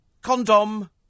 Condom